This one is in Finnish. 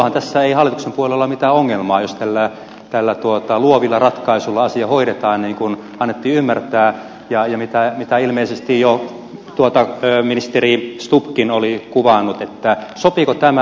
silloinhan tässä ei hallituksen puolella ole mitään ongelmaa jos luovilla ratkaisuilla asia hoidetaan niin kuin annettiin ymmärtää ja mitä ilmeisesti jo ministeri stubbkin oli kuvannut niin että sopiiko tämä